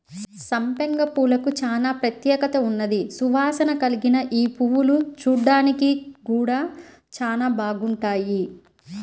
సంపెంగ పూలకు చానా ప్రత్యేకత ఉన్నది, సువాసన కల్గిన యీ పువ్వులు చూడ్డానికి గూడా చానా బాగుంటాయి